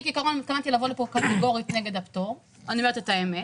כעיקרון התכוונתי לפה קטגורית נגד הפטור אני אומרת את האמת.